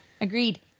Agreed